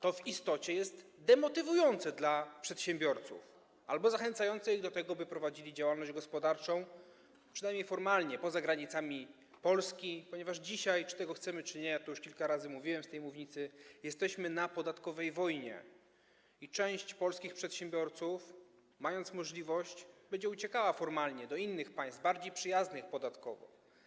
To w istocie jest demotywujące dla przedsiębiorców albo zachęcające ich do tego, by prowadzili działalność gospodarczą, przynajmniej formalnie, poza granicami Polski, ponieważ dzisiaj, czy tego chcemy, czy nie - ja to już kilka razy mówiłem z tej mównicy - jesteśmy na podatkowej wojnie i część polskich przedsiębiorców, mając możliwość, będzie uciekała formalnie do innych państw, bardziej przyjaznych podatkowo.